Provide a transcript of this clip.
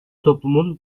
toplumun